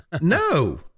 No